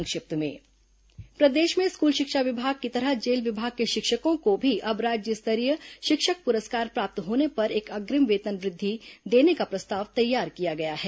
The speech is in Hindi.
संक्षिप्त समाचार प्रदेश में स्कूल शिक्षा विभाग की तरह जेल विभाग के शिक्षकों को भी अब राज्य स्तरीय शिक्षक प्रस्कार प्राप्त होने पर एक अग्रिम वेतनवृद्धि देने का प्रस्ताव तैयार किया गया है